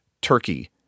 turkey